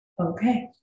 Okay